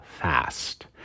fast